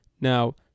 Now